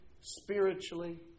spiritually